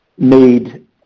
made